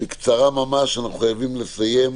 בקצרה ממש, אנחנו חייבים לסיים.